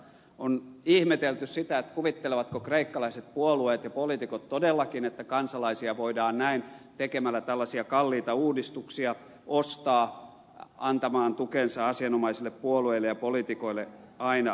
on ihmetelty sitä kuvittelevatko kreikkalaiset puolueet ja poliitikot todellakin että kansalaisia voidaan näin tekemällä tällaisia kalliita uudistuksia ostaa antamaan tukensa asianomaisille puolueille ja poliitikoille aina vaaleissa